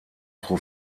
pro